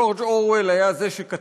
ג'ורג' אורוול הוא שכתב